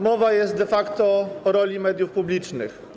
Mowa jest de facto o roli mediów publicznych.